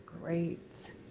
great